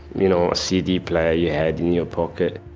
you know a cd player you had in your pocket.